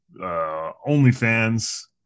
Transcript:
Onlyfans